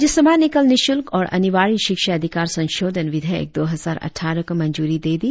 राज्यसभा ने कल निशुल्क और अनिवार्य शिक्षा अधिकार संशोधन विधेयक दो हजार अट्ठारह को मंजूरी दे दी